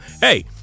hey